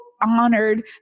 honored